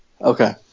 Okay